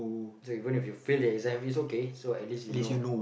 it's like even if you have fail the exam it's okay so at least you know